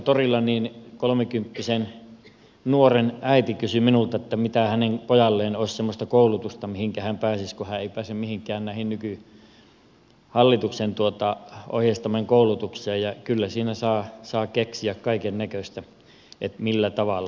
torilla kolmekymppisen nuoren äiti kysyi minulta mitä hänen pojalleen olisi semmoista koulutusta mihinkä hän pääsisi kun hän ei pääse mihinkään näihin nykyhallituksen ohjeistamiin koulutuksiin ja kyllä siinä saa keksiä kaikennäköistä että millä tavalla